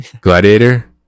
Gladiator